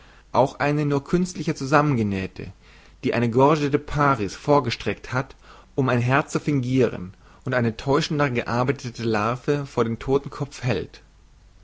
auch eine nur künstlicher zusammengenähte die eine gorge de paris vorgestekt hat um ein herz zu fingiren und eine täuschender gearbeitete larve vor den todtenkopf hält